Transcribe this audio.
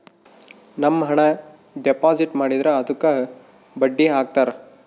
ನಮ್ ಹಣ ಡೆಪಾಸಿಟ್ ಮಾಡಿದ್ರ ಅದುಕ್ಕ ಬಡ್ಡಿ ಹಕ್ತರ